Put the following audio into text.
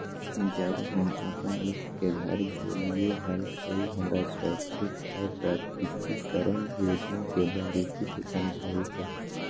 जब हम अपन मित्र के घर गेलिये हल, त उ हमरा स्वैच्छिक आय प्रकटिकरण योजना के बारीकि से समझयलकय